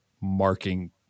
marking